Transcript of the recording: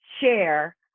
share